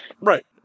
Right